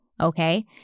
Okay